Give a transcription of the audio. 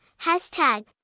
hashtag